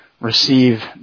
receive